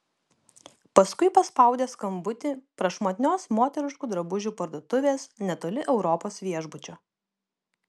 paskui paspaudė skambutį prašmatnios moteriškų drabužių parduotuvės netoli europos viešbučio